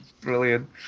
Brilliant